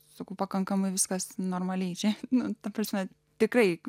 sunku pakankamai viskas normaliai čia nu ta prasme tikrai